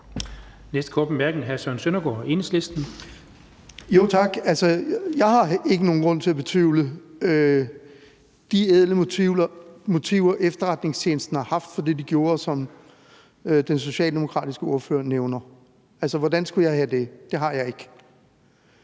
Jeg har ikke nogen grund til at betvivle de ædle motiver, efterretningstjenesten har haft for det, de gjorde, som den socialdemokratiske ordfører nævner. Altså, hvordan skulle jeg have det? Det har jeg ikke.